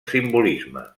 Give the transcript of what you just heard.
simbolisme